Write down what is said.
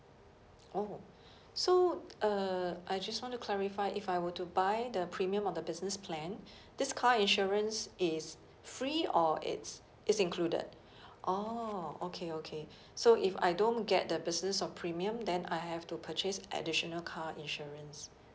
oh so uh I just want to clarify if I were to buy the premium on the business plan this car insurance is free or it's it's included orh okay okay so if I don't get the business or premium then I have to purchase additional car insurance